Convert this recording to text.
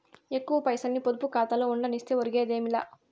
ఎక్కువ పైసల్ని పొదుపు కాతాలో ఉండనిస్తే ఒరిగేదేమీ లా